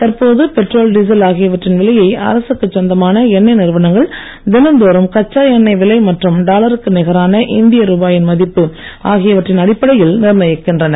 தற்போது petrol diesel ஆகியவற்றின் விலையை அரசுக்கு சொந்தமான எண்ணெய் நிறுவனங்கள் தினந்தோறும் கச்சா எண்ணெய் விலை மற்றும் டாலருக்கு நிகராள இந்திய ரூபாயின் மதிப்பு ஆகியவற்றின் அடிப்படையில் நிர்ணயிக்கின்றன